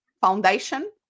foundation